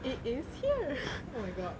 it is here oh my god